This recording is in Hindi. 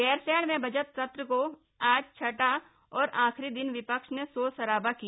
गैरसैंण में बजट सत्र के आज छठे और आखिरी दिन विपक्ष ने शोर शराबा किया